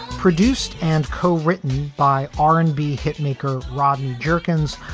produced and co-written by r and b hitmaker rodney jerkins.